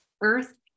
Earth